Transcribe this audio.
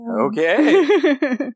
Okay